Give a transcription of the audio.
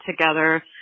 together